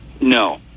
no